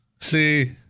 See